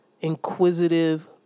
inquisitive